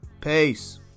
Peace